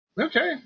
Okay